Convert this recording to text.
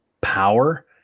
power